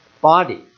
body